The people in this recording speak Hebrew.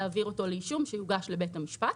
להעביר אותו לאישום שיוגש לבית המשפט.